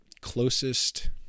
closest